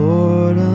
Lord